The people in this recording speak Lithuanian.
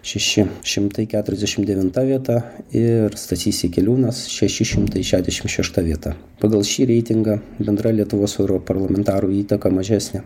šeši šimtai keturiasdešim devinta vieta ir stasys jakeliūnas šeši šimtai šešiasdešim šešta vieta pagal šį reitingą bendra lietuvos europarlamentarų įtaka mažesnė